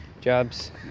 jobs